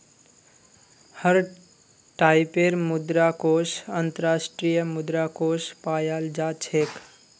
हर टाइपेर मुद्रा कोष अन्तर्राष्ट्रीय मुद्रा कोष पायाल जा छेक